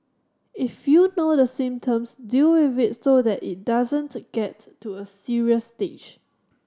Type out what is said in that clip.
if you know the symptoms deal with it so that it doesn't get to a serious stage